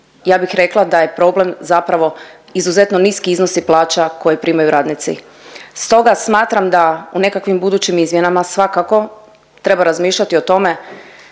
ja bih rekla da je problem zapravo izuzetno niski iznosi plaća koji primaju radnici. Stoga smatram da u nekakvim budućim izmjenama svakako treba razmišljati o tome